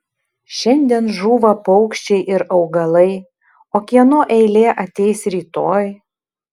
šiandien žūva paukščiai ir augalai o kieno eilė ateis rytoj